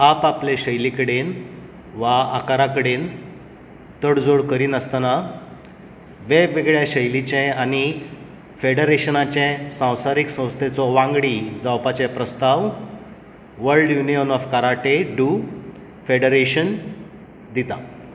आप आपले शैली कडेन वा आकारा कडेन तडजोड करिनासतना वेग वेगळ्या शैलींचे आनी फेडरेशनाचे संवसारीक संस्थेचो वांगडी जावपाचे प्रस्ताव World Union of Karate do Federations दिता